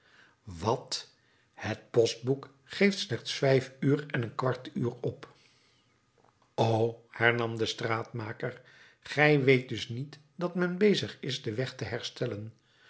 wat het postboek geeft slechts vijf en een kwart uur op o hernam de straatmaker gij weet dus niet dat men bezig is den weg te herstellen